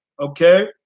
Okay